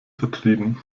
vertrieben